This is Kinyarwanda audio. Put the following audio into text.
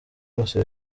hose